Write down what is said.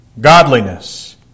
godliness